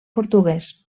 portuguès